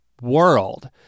world